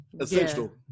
essential